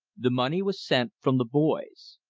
the money was sent from the boys.